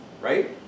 Right